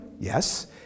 Yes